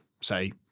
say